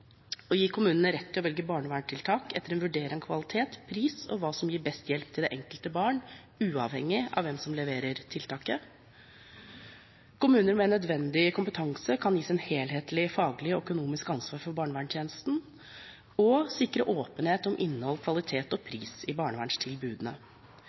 gi kommunene rett til å velge barneverntiltak etter en vurdering av kvalitet, pris og hva som gir best hjelp til det enkelte barn, uavhengig av hvem som leverer tiltaket, at kommuner med nødvendig kompetanse kan gis et helhetlig faglig og økonomisk ansvar for barnevernstjenesten, og å sikre åpenhet om innhold, kvalitet og